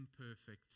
imperfect